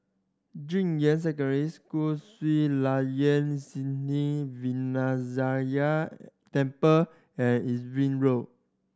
Junyuan Secondary School Sri Layan Sithi Vinayagar Temple and Irving Road